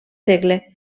segle